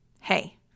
hey